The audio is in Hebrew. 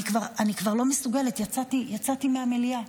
אני כבר לא מסוגלת, יצאתי מהמליאה.